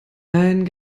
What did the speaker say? ein